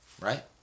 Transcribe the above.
right